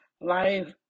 life